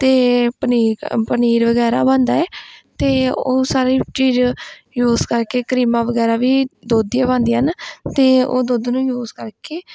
ਅਤੇ ਪਨੀਰ ਪਨੀਰ ਵਗੈਰਾ ਬਣਦਾ ਏ ਅਤੇ ਉਹ ਸਾਰੀ ਚੀਜ਼ ਯੂਜ ਕਰਕੇ ਕਰੀਮਾਂ ਵਗੈਰਾ ਵੀ ਦੁੱਧ ਦੀਆਂ ਬਣਦੀਆਂ ਹਨ ਅਤੇ ਉਹ ਦੁੱਧ ਨੂੰ ਯੂਜ ਕਰਕੇ